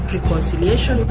Reconciliation